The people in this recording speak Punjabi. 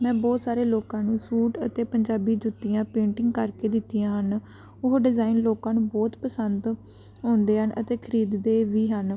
ਮੈਂ ਬਹੁਤ ਸਾਰੇ ਲੋਕਾਂ ਨੂੰ ਸੂਟ ਅਤੇ ਪੰਜਾਬੀ ਜੁੱਤੀਆਂ ਪੇਂਟਿੰਗ ਕਰਕੇ ਦਿੱਤੀਆਂ ਹਨ ਉਹ ਡਿਜ਼ਾਇਨ ਲੋਕਾਂ ਨੂੰ ਬਹੁਤ ਪਸੰਦ ਆਉਂਦੇ ਹਨ ਅਤੇ ਖਰੀਦਦੇ ਵੀ ਹਨ